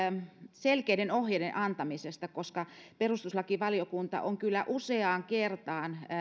selkeiden ohjeiden antamisesta perustuslakivaliokunta on kyllä useaan kertaan